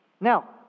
Now